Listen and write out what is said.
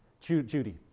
Judy